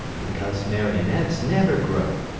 because marionettes never grow.